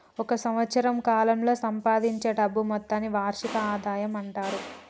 ఒక సంవత్సరం కాలంలో సంపాదించే డబ్బు మొత్తాన్ని వార్షిక ఆదాయం అంటారు